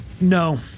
No